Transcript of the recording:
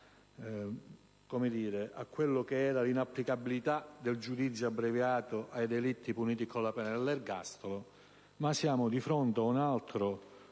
sull'inapplicabilità del giudizio abbreviato ai delitti puniti con la pena dell'ergastolo, ma ci troviamo di fronte a un altro